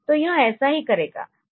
तो यह ऐसा ही करेगा